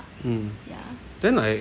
mm then I